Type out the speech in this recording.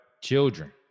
children